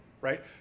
right